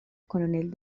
coronel